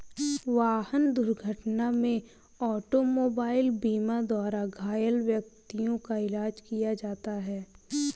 वाहन दुर्घटना में ऑटोमोबाइल बीमा द्वारा घायल व्यक्तियों का इलाज किया जाता है